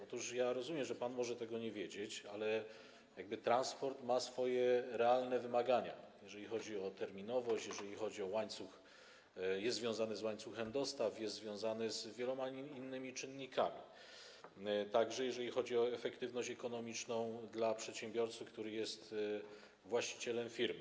Otóż ja rozumiem, że pan może tego nie wiedzieć, ale transport ma swoje realne wymagania, jeżeli chodzi o terminowość, jest związany z łańcuchem dostaw, jest związany z wieloma innymi czynnikami, także jeżeli chodzi o efektywność ekonomiczną dla przedsiębiorcy, który jest właścicielem firmy.